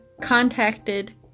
Contacted